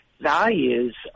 values